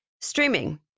Streaming